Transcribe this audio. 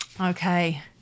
Okay